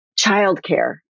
Childcare